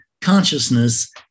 consciousness